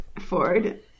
Ford